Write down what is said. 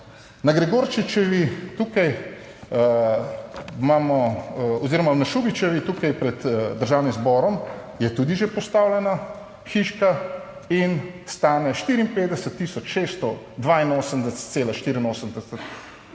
Na Gregorčičevi tukaj imamo oziroma na Šubičevi tukaj pred Državnim zborom je tudi že postavljena hiška in stane 54682,84